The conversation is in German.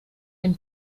dem